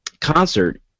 concert